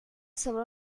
sobre